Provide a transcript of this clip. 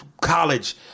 college